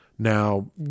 Now